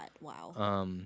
Wow